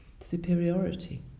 superiority